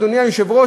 אדוני היושב-ראש,